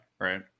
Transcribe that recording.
right